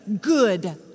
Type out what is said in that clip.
good